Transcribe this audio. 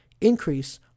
increase